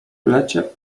lecie